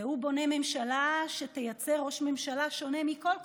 והוא בונה ממשלה שתייצר ראש ממשלה שונה מכל קודמיו,